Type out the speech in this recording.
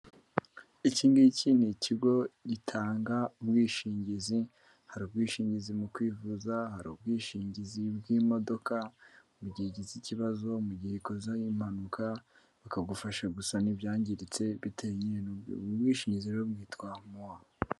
Iki ngiki n'ikigo gitanga ubwishingizi, hari ubwishingizi mu kwivuza, hari ubwishingizi bw'imodoka, mu gihe igize ikibazo, mu gihe ikoze impanuka bakagufasha gusana ibyangiritse biteye ubwishingizi bwitwa MUA.